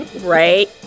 Right